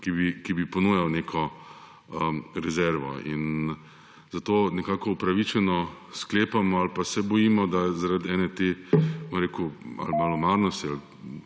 ki bi ponujal neko rezervo. Zato nekako upravičeno sklepamo ali pa se bojimo, da je zaradi ene te, bom rekel,